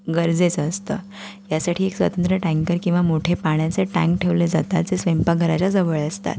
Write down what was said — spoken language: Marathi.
गरजेचं असतं यासाठी एक स्वातंत्र्य टँकर किंवा मोठे पाण्याचे टँक ठेवले जातात जे स्वयंपाकघराच्या जवळ असतात